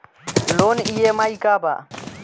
Loan EMI का बा?